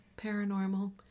paranormal